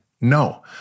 No